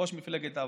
ראש מפלגת העבודה,